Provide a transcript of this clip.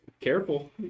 Careful